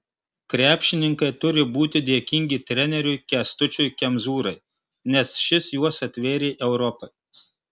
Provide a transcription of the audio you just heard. krepšininkai turi būti dėkingi treneriui kęstučiui kemzūrai nes šis juos atvėrė europai